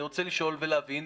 אני רוצה לשאול ולהבין,